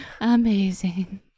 amazing